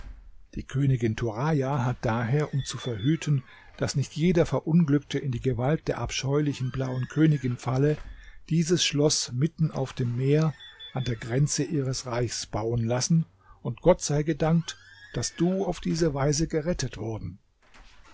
die königin turaja hat daher um zu verhüten daß nicht jeder verunglückte in die gewalt der abscheulichen blauen königin falle dieses schloß mitten auf dem meer an der grenze ihres reichs bauen lassen und gott sei gedankt daß du auf diese weise gerettet worden